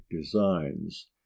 designs